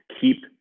keep